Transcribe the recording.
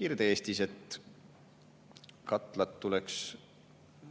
Kirde-Eestis, et katlad tuleks